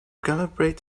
calibrate